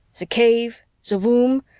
the cave, the womb,